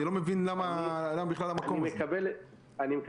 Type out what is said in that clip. אני לא מבין בכלל את המקום הזה.